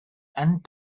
and